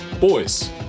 Boys